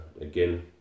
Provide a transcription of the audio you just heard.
again